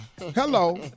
Hello